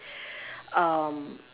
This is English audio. um